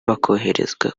bakoherezwa